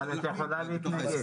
את יכולה להתנגד.